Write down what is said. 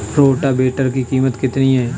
Rotavator की कीमत कितनी है?